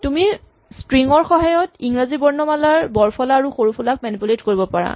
তুমি স্ট্ৰিং ৰ সহায়ত ইংৰাজী বৰ্ণমালাৰ বৰফলা আৰু সৰুফলাক মেনিপুলেট কৰিব পাৰা